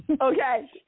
Okay